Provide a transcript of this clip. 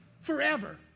forever